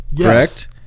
correct